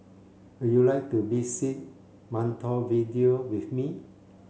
would you like to visit Montevideo with me